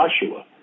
Joshua